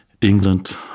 England